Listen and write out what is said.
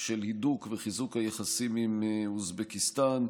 של הידוק וחיזוק היחסים עם אוזבקיסטן,